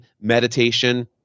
meditation